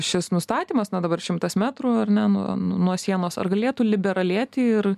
šis nustatymas na dabar šimtas metrų ar ne nu nuo sienos ar galėtų liberalėti ir